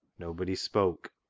nobody spoke.